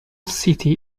city